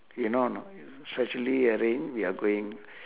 you know or not it's actually arranged we are going